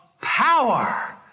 power